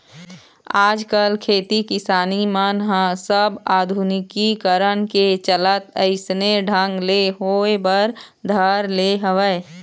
आजकल खेती किसानी मन ह सब आधुनिकीकरन के चलत अइसने ढंग ले होय बर धर ले हवय